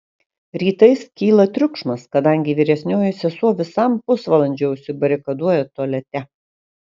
rytais kyla triukšmas kadangi vyresnioji sesuo visam pusvalandžiui užsibarikaduoja tualete